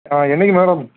ஆ என்றைக்கி மேடம்